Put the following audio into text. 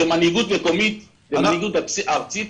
מנהיגות מקומית ומנהיגות ארצית,